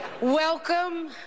Welcome